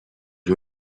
you